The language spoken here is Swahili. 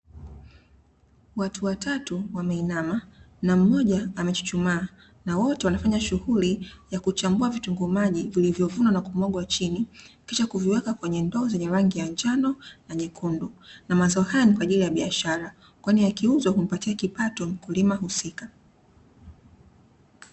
Watu watatu wameinama na mmoja amechuchumaa na wote wanafanya shughuli ya kuchambua vitunguu maji, na kuvimwaga chini na kisha kuviweka kwenye ndoo ya rangi njano na nyekundu, na mazao haya ni ya biashara, kwani yakiuzwa humpatia kipato mkulima.